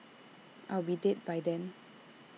I'll be dead by then